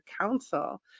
Council